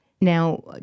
Now